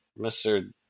Mr